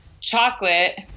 chocolate